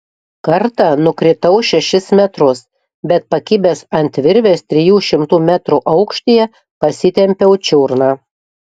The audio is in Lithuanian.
kartą nukritau šešis metrus bet pakibęs ant virvės trijų šimtų metrų aukštyje pasitempiau čiurną